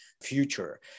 future